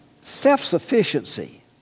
Self-sufficiency